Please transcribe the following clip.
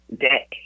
day